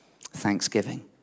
Thanksgiving